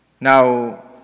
Now